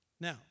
Now